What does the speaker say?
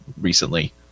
recently